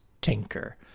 Tinker